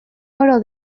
oro